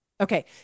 Okay